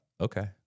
okay